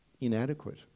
inadequate